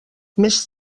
més